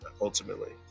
ultimately